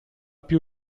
più